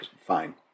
Fine